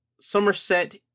Somerset